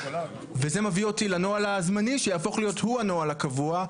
וזה מביא אותי לנוהל הזמני שיהפוך להיות הוא הנוהל הקבוע,